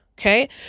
Okay